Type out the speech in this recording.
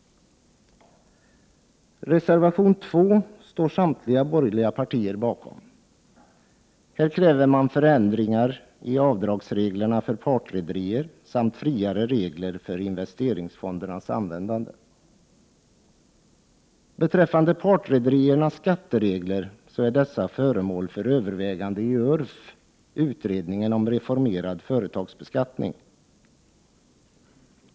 Reservation 2 står samtliga borgerliga partier bakom. Här kräver man förändringar i avdragsreglerna för partrederi samt friare regler för investeringsfondernas användande. Partrederiernas skatteregler är föremål för övervägande i URF, utredningen om reformerad företagsbeskattning.